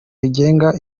rigenga